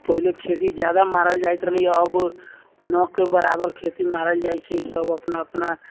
पहिले खेती ज्यादा मारल जाइत रहलै हँ आब नहिके बराबर खेती मारल जाइ छै सब अपना अपना